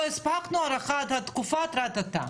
לא הספקנו, הארכה עד תקופת כך וכך.